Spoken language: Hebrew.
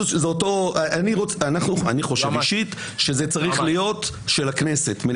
אני חושב אישית שזה צריך להיות של הכנסת.